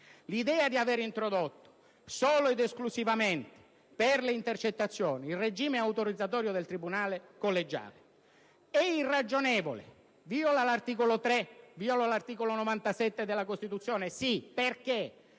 l'idea di aver introdotto solo ed esclusivamente per le intercettazioni il regime autorizzatorio del tribunale collegiale è irragionevole e viola gli articoli 3 e 97 della Costituzione. Vi